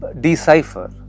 decipher